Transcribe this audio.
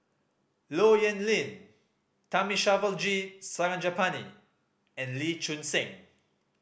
Low Yen Ling Thamizhavel G Sarangapani and Lee Choon Seng